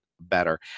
better